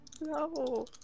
No